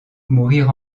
mourir